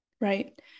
right